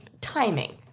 timing